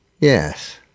Yes